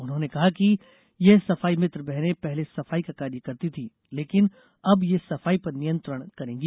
उन्होंने कहा कि यह सफाई मित्र बहनें पहले सफाई का कार्य करती थी लेकिन अब ये सफाई पर नियंत्रण करेगी